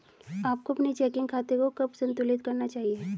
आपको अपने चेकिंग खाते को कब संतुलित करना चाहिए?